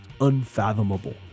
unfathomable